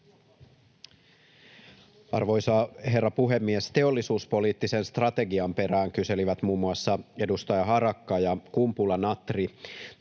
Arvoisa herra puhemies! Teollisuuspoliittisen strategian perään kyselivät muun muassa edustajat Harakka ja Kumpula-Natri.